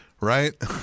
right